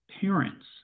parents